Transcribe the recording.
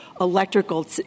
electrical